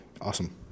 awesome